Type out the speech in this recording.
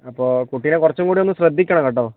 അപ്പോൾ കുട്ടീനെ കുറച്ചും കൂടെ ഒന്ന് ശ്രദ്ധിക്കണം കേട്ടോ